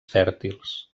fèrtils